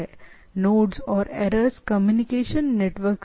तो नोड्स और intermediate connection का यह कलेक्शन एक नेटवर्क बनाता है